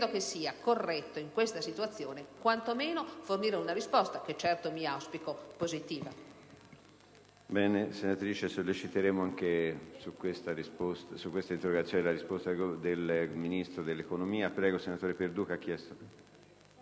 Credo che sia corretto in questa situazione quantomeno fornire una risposta, che certo mi auspico positiva.